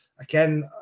Again